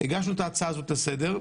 הגשנו את ההצעה הזאת לסדר,